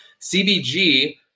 CBG